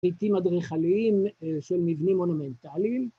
פריטים אדריכליים של מבנים מונומנטליים.